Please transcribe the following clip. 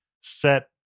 set